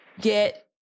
get